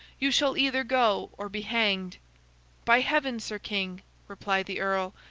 you shall either go or be hanged by heaven, sir king replied the earl,